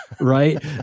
Right